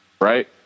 right